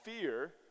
fear